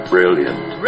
Brilliant